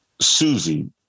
susie